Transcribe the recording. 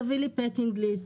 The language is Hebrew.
תביא לי packing list,